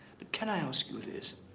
but can i ask you this?